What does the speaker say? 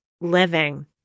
living